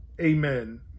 amen